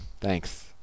Thanks